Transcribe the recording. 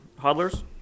hodlers